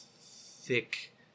thick